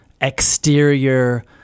exterior